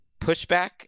pushback